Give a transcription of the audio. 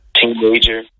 teenager